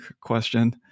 question